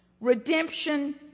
redemption